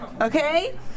okay